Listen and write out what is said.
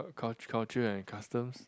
oh cul~ culture and customs